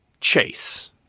chase